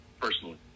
personally